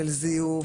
של זיוף.